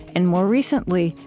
and more recently,